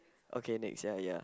okay next ya ya